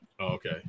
Okay